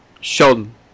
Sheldon